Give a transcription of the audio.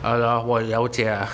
!hannor! 我了解